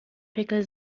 pickel